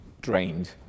drained